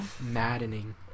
maddening